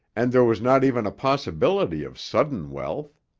and there was not even a possibility of sudden wealth.